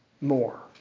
more